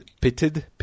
Pitted